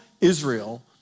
Israel